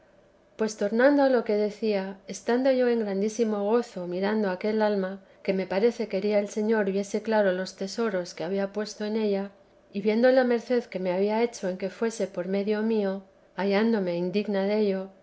pues tornando a lo que decía estando yo en grandísimo gozo mirando aquel alma que me parece quería el señor viese claro los tesoros que había puesto en ella y viendo la merced que me había hecho en que fuese por medio mío hallándome indigna della